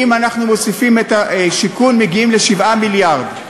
ואם אנחנו מוסיפים את השיכון מגיעים ל-7 מיליארד.